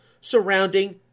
surrounding